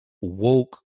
woke